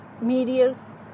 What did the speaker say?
medias